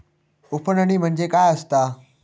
उफणणी म्हणजे काय असतां?